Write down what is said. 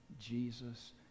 Jesus